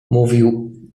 mówił